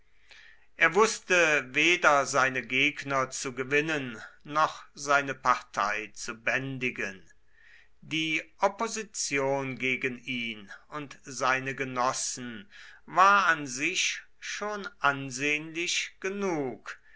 er wußte weder seine gegner zu gewinnen noch seine partei zu bändigen die opposition gegen ihn und seine genossen war an sich schon ansehnlich genug